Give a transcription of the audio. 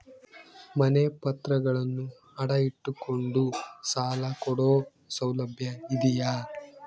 ಮನೆ ಪತ್ರಗಳನ್ನು ಅಡ ಇಟ್ಟು ಕೊಂಡು ಸಾಲ ಕೊಡೋ ಸೌಲಭ್ಯ ಇದಿಯಾ?